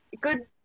good